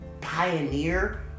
pioneer